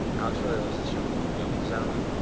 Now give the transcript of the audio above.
alex really loves this show called the bone zone.